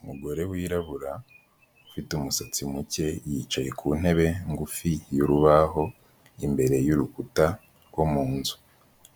Umugore wirabura ufite umusatsi muke yicaye ku ntebe ngufi y'urubaho imbere y'urukuta rwo mu nzu,